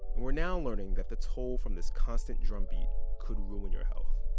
we're now learning that the toll from this constant drumbeat could ruin your health.